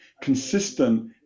consistent